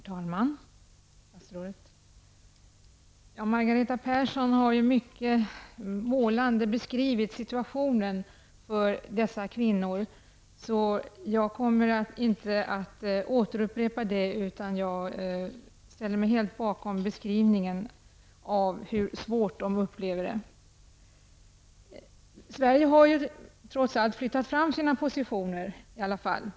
Herr talman! Margareta Persson har mycket målande beskrivit situationen för dessa kvinnor. Jag skall inte upprepa vad hon har sagt, men jag ställer mig helt bakom hennes beskrivning av hur svårt dessa kvinnor upplever sin situation. Sverige har trots allt flyttat fram sina positioner.